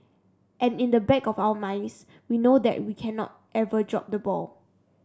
and in the back of our minds we know that we cannot ever drop the ball